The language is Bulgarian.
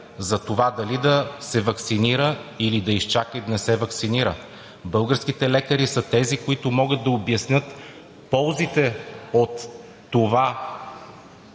за това дали да се ваксинира, или да изчака и да не се ваксинира. Българските лекари са тези, които могат да обяснят ползите от това